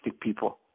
people